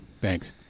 thanks